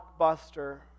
blockbuster